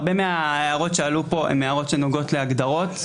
הרבה מההערות שעלו פה הן הערות שנוגעות להגדרות,